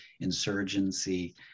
insurgency